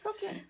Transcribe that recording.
Okay